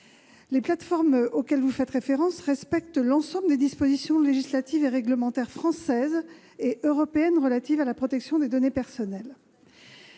Les plateformes auxquelles vous faites référence respectent l'ensemble des dispositions législatives et réglementaires françaises et européennes relatives à la protection des données personnelles.